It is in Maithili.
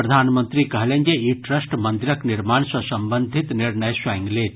प्रधानमंत्री कहलनि जे ई ट्रस्ट मंदिरक निर्माण सॅ संबंधित निर्णय स्वयं लेत